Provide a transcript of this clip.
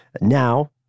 now